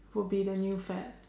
would be the new fad